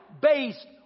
based